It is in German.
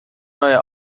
neuer